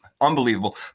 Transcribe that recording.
Unbelievable